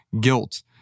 guilt